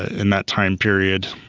in that time period.